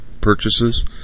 purchases